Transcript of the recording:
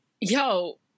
yo